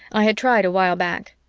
i had tried a while back.